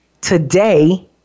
Today